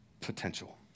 potential